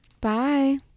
Bye